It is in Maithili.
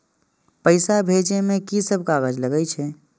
पैसा भेजे में की सब कागज लगे छै?